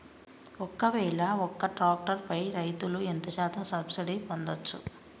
ఒక్కవేల ఒక్క ట్రాక్టర్ పై రైతులు ఎంత శాతం సబ్సిడీ పొందచ్చు?